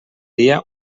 dia